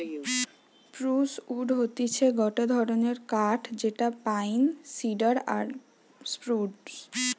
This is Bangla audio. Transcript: স্প্রুস উড হতিছে গটে ধরণের কাঠ যেটা পাইন, সিডার আর স্প্রুস